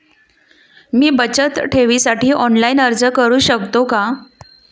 मी बचत ठेवीसाठी ऑनलाइन अर्ज करू शकतो का?